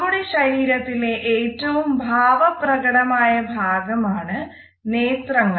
നമ്മുടെ ശരീരത്തിലെ ഏറ്റവും ഭാവ പ്രകടമായ ഭാഗമാണ് നേത്രങ്ങൾ